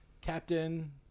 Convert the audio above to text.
captain